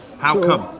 how come?